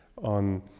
on